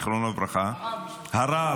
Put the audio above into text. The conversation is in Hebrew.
זיכרונו לברכה --- הרב.